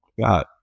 God